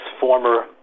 former